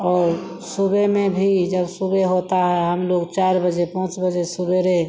और सुबह में भी जब सुबह होता है हमलोग चार बजे बजे सबेरे